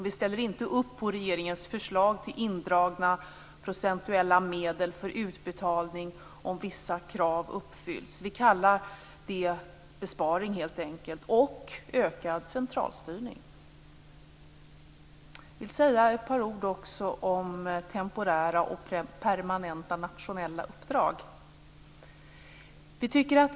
Vi ställer inte upp på regeringens förslag till indragna procentuella medel för utbetalning om vissa krav uppfylls. Vi kallar det helt enkelt för en besparing och en ökad centralstyrning. Jag skall säga något om temporära och permanenta nationella uppdrag.